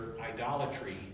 idolatry